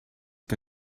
que